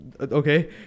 Okay